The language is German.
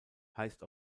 heißt